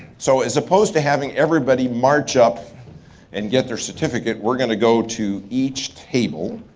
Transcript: so as opposed to having everybody march up and get their certificate, we're gonna go to each table,